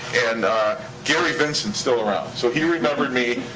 and gary vincent's still around. so he remembered me,